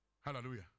Hallelujah